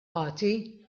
ħati